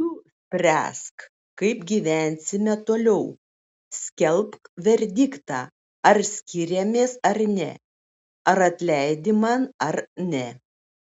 tu spręsk kaip gyvensime toliau skelbk verdiktą ar skiriamės ar ne ar atleidi man ar ne